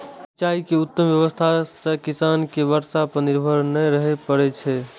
सिंचाइ के उत्तम व्यवस्था सं किसान कें बर्षा पर निर्भर नै रहय पड़ै छै